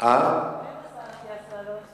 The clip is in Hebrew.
השר אטיאס להיות במליאה?